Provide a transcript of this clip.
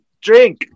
Drink